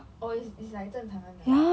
oh is is like 正常 [one] ah